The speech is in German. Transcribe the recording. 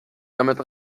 damit